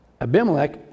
Abimelech